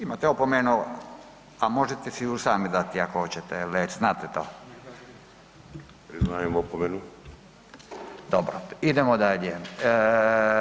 Imate opomenu, a možete si je sami dati ako hoćete, već znate to [[Upadica Bulj: Priznajem opomenu.]] Dobro, idemo dalje.